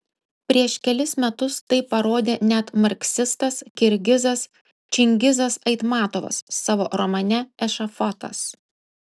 prieš kelis metus tai parodė net marksistas kirgizas čingizas aitmatovas savo romane ešafotas